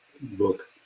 book